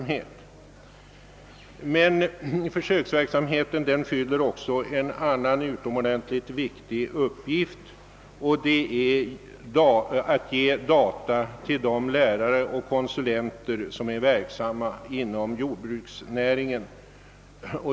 Men denna försöksverksamhet fyller också en annan utomordentligt viktig uppgift; den ger data till de lärare och konsulenter som är verksamma inom jordbruksnäringen.